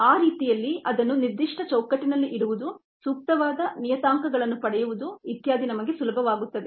ಆ ರೀತಿಯಲ್ಲಿ ಅದನ್ನು ನಿರ್ದಿಷ್ಟ ಚೌಕಟ್ಟಿನಲ್ಲಿ ಇಡುವುದು ಸೂಕ್ತವಾದ ನಿಯತಾಂಕಗಳನ್ನು ಪಡೆಯುವುದು ಇತ್ಯಾದಿ ನಮಗೆ ಸುಲಭವಾಗುತ್ತದೆ